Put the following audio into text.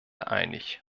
einig